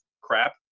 crap